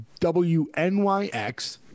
WNYX